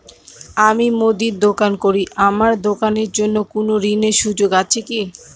আমি মুদির দোকান করি আমার দোকানের জন্য কোন ঋণের সুযোগ আছে কি?